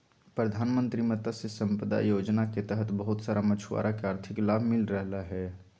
प्रधानमंत्री मत्स्य संपदा योजना के तहत बहुत सारा मछुआरा के आर्थिक लाभ मिल रहलय हें